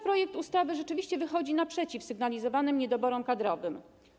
Projekt ustawy rzeczywiście wychodzi naprzeciw sygnalizowanym niedoborom kadrowym.